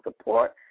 support